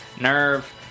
Nerve